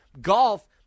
golf